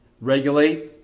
regulate